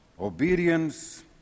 obedience